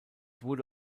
wurde